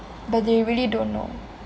but they really don't know